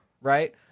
Right